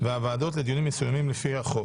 והוועדות לדיונים מסוימים לפי החוק.